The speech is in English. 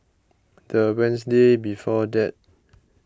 the Wednesday before that